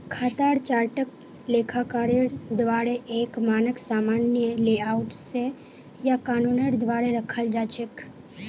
खातार चार्टक लेखाकारेर द्वाअरे एक मानक सामान्य लेआउट स या कानूनेर द्वारे रखाल जा छेक